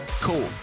Cool